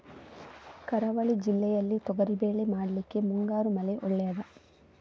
ಕರಾವಳಿ ಜಿಲ್ಲೆಯಲ್ಲಿ ತೊಗರಿಬೇಳೆ ಮಾಡ್ಲಿಕ್ಕೆ ಮುಂಗಾರು ಮಳೆ ಒಳ್ಳೆಯದ?